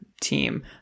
team